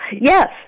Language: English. Yes